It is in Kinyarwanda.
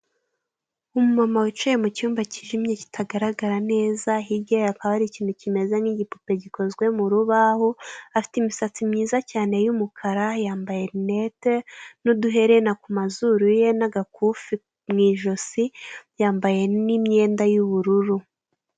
Umumama wicaye mu cyumba cyijimye kitagaragara neza, hirya ye hakaba hari ikintu kimeze nk'igipupe gikozwe mu rubaho, afite imisatsi myiza cyane y'umukara yambaye rinete n'uduherena ku mazuru ye n'agakufe mu ijosi, yambaye n'imyenda y'ubururu.